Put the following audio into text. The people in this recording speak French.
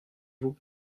vous